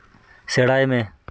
ᱥᱮᱬᱟᱭ ᱢᱮ